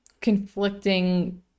conflicting